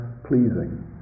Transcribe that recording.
pleasing